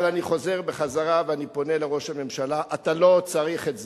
אבל אני חוזר ופונה אל ראש הממשלה: אתה לא צריך את זה.